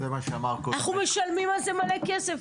אנחנו משלמים מלא כסף,